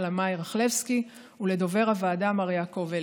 לאמעי רכלבסקי ולדובר הוועדה מר יעקב אליאך.